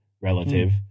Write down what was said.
relative